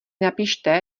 napište